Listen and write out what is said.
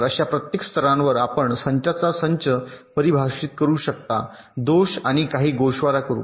तर अशा प्रत्येक स्तरावर आपण संचाचा संच परिभाषित करू शकता दोष आणि काही गोषवारा करू